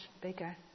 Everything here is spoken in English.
bigger